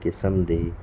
ਕਿਸਮ ਦੀ